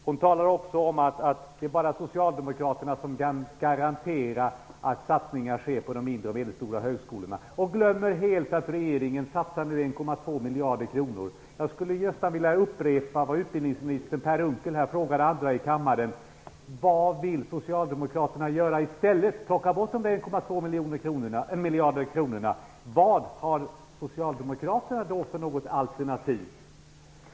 Hon talade också om att det bara är socialdemokraterna som kan garantera att satsningar sker på de mindre och medelstora högskolorna, och glömmer helt att regeringen satsade 1,2 miljarder kronor. Jag skulle vilja upprepa vad utbildningsminister Per Unckel frågade tidigare: Vad vill socialdemokraterna göra i stället? Plocka bort de 1,2 miljarder kronorna. Vad har socialdemokraterna för alternativ?